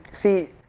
see